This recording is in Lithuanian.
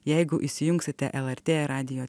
jeigu įsijungsite lrt radijo